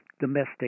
domestic